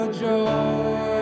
joy